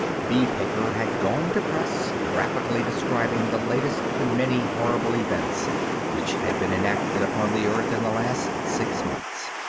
the paper had gone to press, graphically describing the latest of the many horrible events which had been enacted upon the earth in the last six months.